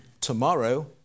Tomorrow